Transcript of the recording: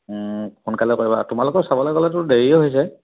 সোনকালে কৰিবাহঁত তোমালোকৰ চাবলৈ গ'লেতো দেৰিয়ে হৈছে